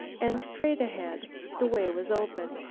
and straight ahead the way was open,